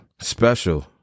Special